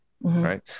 right